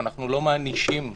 אנחנו לא מענישים ציבור,